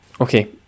Okay